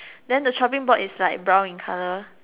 then the chopping board is like brown in colour